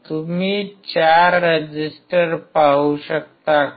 तुम्ही चार रेजिस्टर्स पाहू शकता का